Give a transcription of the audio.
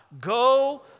Go